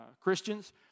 Christians